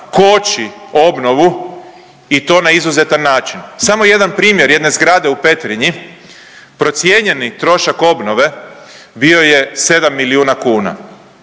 koči obnovu i to na izuzetan način? Samo jedan primjer jedne zgrade u Petrinji procijenjeni trošak obnove bio je sedam milijuna kuna,